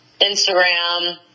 instagram